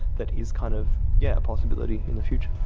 that is kind of yeah a possibility in the future.